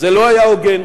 זה לא היה הוגן,